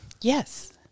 Yes